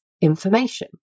information